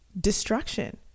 destruction